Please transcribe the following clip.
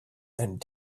and